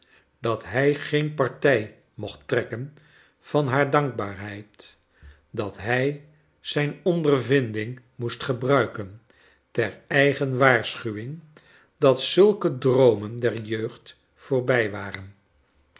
dat hij geen partij mocht trekken van haar dankbaarheid dat hij zijn ondervinding moest gebruiken ter eigen waarschuwing dat zulko droomen der jeugd voorbij waren